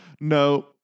no